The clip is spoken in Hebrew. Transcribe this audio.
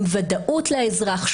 עם ודאות לאזרח,